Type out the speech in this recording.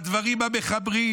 בדברים המחברים,